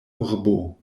urbo